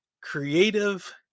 creative